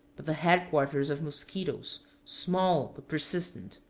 but the headquarters of musquitoes, small but persistent.